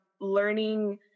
learning